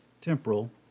Temporal